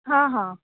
हां हां